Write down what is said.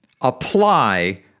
apply